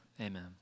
Amen